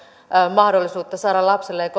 mahdollisuutta saada lapselleen